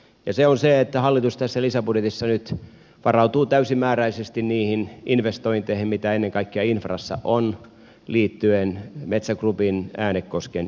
se on se että hallitus tässä lisäbudjetissa nyt varautuu täysimääräisesti niihin investointeihin mitä ennen kaikkea infrassa on liittyen metsä groupin äänekosken investointiin